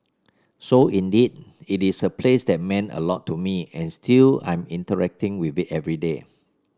so indeed it is a place that meant a lot to me and still I'm interacting with it every day